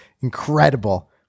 incredible